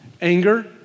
Anger